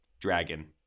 Dragon